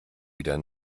wieder